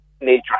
nature